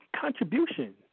contribution